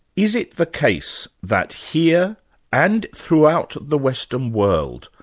is it the case that here and throughout the western world,